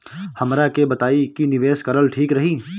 हमरा के बताई की निवेश करल ठीक रही?